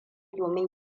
domin